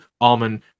almond